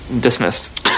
Dismissed